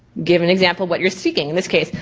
give an example what you're seeking. in this case,